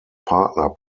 partner